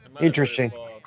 Interesting